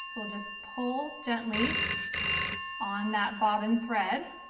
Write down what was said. we'll just pull gently on that bobbin thread